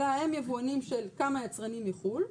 אלא הם יבואנים של כמה יצרנים מחו"ל.